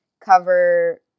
cover